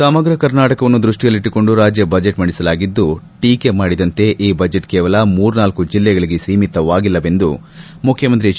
ಸಮಗ್ರ ಕರ್ನಾಟಕವನ್ನು ದೃಷ್ಟಿಯಲ್ಲಿಟ್ಟುಕೊಂಡು ರಾಜ್ಯ ಬಜೆಟ್ ಮಂಡಿಸಲಾಗಿದ್ದು ಟೀಕೆ ಮಾಡಿದಂತೆ ಈ ಬಜೆಟ್ ಕೇವಲ ಮೂರ್ನಾಲ್ಕ ಜಿಲ್ಲೆಗಳಿಗೆ ಸೀಮಿತವಾಗಿಲ್ಲವೆಂದು ಮುಖ್ಯಮಂತ್ರಿ ಎಚ್